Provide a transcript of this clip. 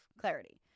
clarity